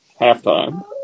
halftime